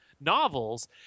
novels